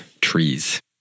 Trees